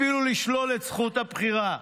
אפילו לשלול את זכות הבחירה.